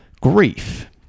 grief